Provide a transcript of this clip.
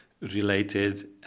related